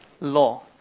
law